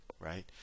Right